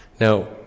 Now